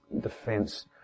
defense